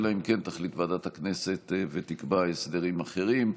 אלא אם כן תחליט ועדת הכנסת ותקבע הסדרים אחרים.